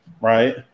right